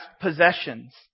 possessions